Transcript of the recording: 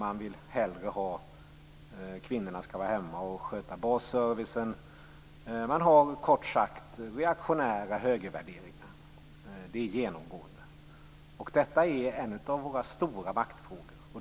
Man vill hellre att kvinnorna skall vara hemma och sköta basservicen. Man har kort sagt reaktionära högervärderingar. Det är genomgående. Detta är en av våra stora maktfrågor.